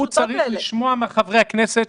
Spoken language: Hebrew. הוא צריך לשמוע מחברי הכנסת,